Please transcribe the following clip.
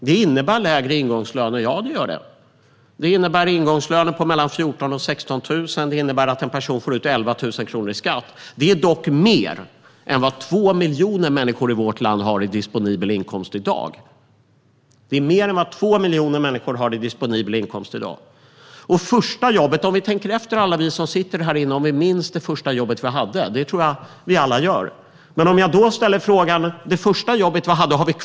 Det innebär förvisso lägre ingångslöner - mellan 14 000 och 16 000. Det innebär att en person får ut 11 000 efter skatt. Det är dock mer än vad 2 miljoner människor i vårt land har i disponibel inkomst i dag. Om vi tänker efter, alla vi som sitter här inne, minns vi det första jobb vi hade? Det tror jag att vi alla gör. Men har vi kvar det jobbet nu?